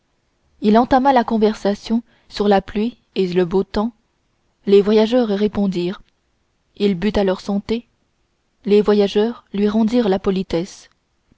il entama la conversation sur la pluie et le beau temps les voyageurs répondirent il but à leur santé les voyageurs lui rendirent sa politesse